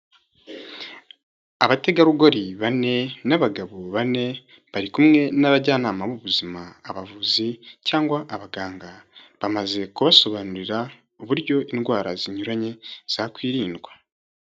Abategarugori bane n'abagabo bane, bari kumwe n'abajyanama b'ubuzima abavuzi cyangwa abaganga, bamaze kubasobanurira uburyo indwara zinyuranye zakwirindwa.